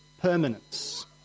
permanence